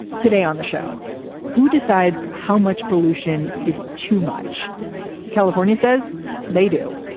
today on the show who decides how much pollution is too much california says they do.